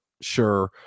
Sure